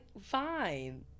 fine